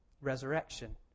resurrection